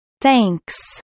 Thanks